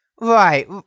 right